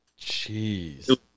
Jeez